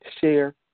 share